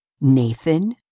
Nathan